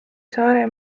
saare